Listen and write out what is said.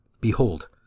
Behold